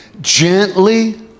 gently